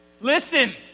listen